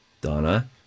donna